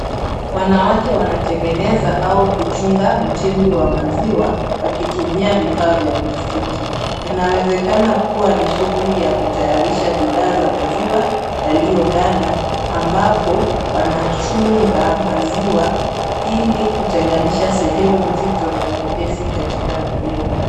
Wanawake wanatengeneza au kuchunga mtindi wa maziwa wakitumia vifaa vya plastiki. Inawezekana kuwa ni shughuli ya kutayarisha bidhaa za maziwa yaliyoganda ambapo wanachunga maziwa ili kutenganisha sehemu nzito na nyepesi katika maziwa.